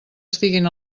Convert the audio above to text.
estiguin